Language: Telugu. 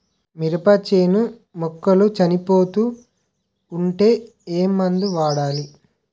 మినప చేను మొక్కలు చనిపోతూ ఉంటే ఏమందు వాడాలి?